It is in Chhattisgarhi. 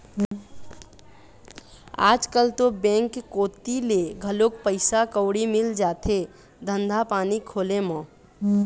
आजकल तो बेंक कोती ले घलोक पइसा कउड़ी मिल जाथे धंधा पानी खोले म